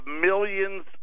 millions